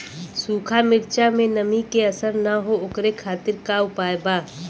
सूखा मिर्चा में नमी के असर न हो ओकरे खातीर का उपाय बा?